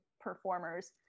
performers